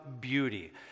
beauty